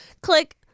click